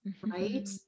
Right